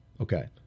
Okay